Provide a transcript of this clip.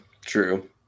true